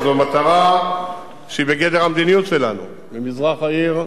וזו מטרה שהיא בגדר המדיניות שלנו במזרח העיר: